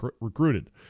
recruited